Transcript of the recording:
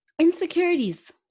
Insecurities